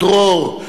דרור,